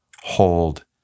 hold